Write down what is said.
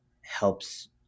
helps